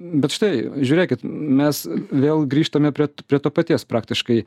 bet štai žiūrėkit mes vėl grįžtame prie prie to paties praktiškai